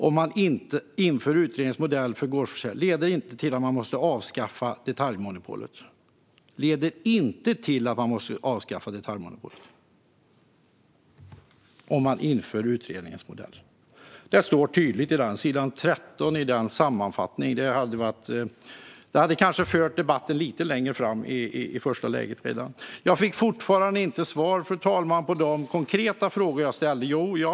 Om man inför utredningens modell för gårdsförsäljning leder det inte till att detaljhandelsmonopolet måste avskaffas . Detta står tydligt på s. 13 i sammanfattningen och hade kanske kunnat föra debatten lite längre framåt redan i det första läget. Jag har fortfarande inte fått svar på de konkreta frågor som jag ställde, fru talman.